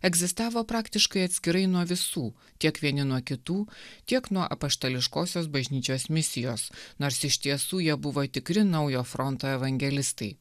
egzistavo praktiškai atskirai nuo visų tiek vieni nuo kitų tiek nuo apaštališkosios bažnyčios misijos nors iš tiesų jie buvo tikri naujo fronto evangelistai